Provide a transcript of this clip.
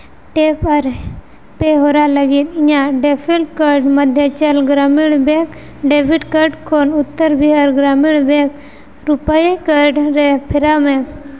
tap ᱟᱨ ᱯᱮ ᱦᱚᱨᱟ ᱞᱟᱹᱜᱤᱫ ᱤᱧᱟᱹᱜ default card Madhyanchal Gramin bank debit card ᱠᱷᱚᱱ ᱩᱛᱛᱚᱨ ᱵᱤᱦᱟᱨ ᱜᱨᱟᱢᱤᱱ ᱵᱮᱝᱠ ᱨᱩᱯᱟᱭᱮ ᱠᱟᱨᱰᱨᱮ ᱯᱷᱮᱨᱟᱣ ᱢᱮ